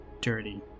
dirty